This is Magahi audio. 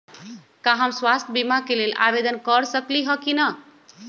का हम स्वास्थ्य बीमा के लेल आवेदन कर सकली ह की न?